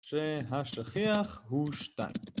‫שהשכיח הוא שתיים.